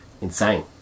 insane